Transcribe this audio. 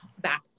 back